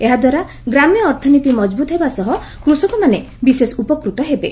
ଏହାଦ୍ୱାରା ଗ୍ରାମ୍ୟ ଅର୍ଥନୀତି ମଜବୁତ ହେବା ସହ କୃଷକମାନେ ବିଶେଷ ଉପକୃତ ହେବେ